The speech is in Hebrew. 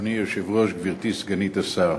אדוני היושב-ראש, גברתי סגנית השר,